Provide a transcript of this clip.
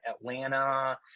atlanta